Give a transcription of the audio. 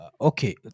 Okay